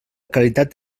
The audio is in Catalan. caritat